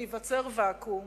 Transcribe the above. וייווצר ואקום.